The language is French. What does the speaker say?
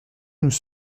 nous